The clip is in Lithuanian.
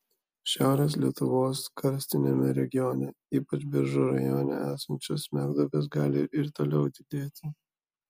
šiaurės lietuvos karstiniame regione ypač biržų rajone esančios smegduobės gali ir toliau didėti